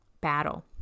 battle